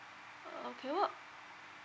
okay wha~